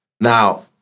Now